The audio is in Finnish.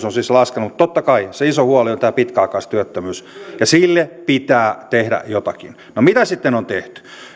on siis laskenut totta kai se iso huoli on tämä pitkäaikaistyöttömyys ja sille pitää tehdä jotakin no mitä sitten on tehty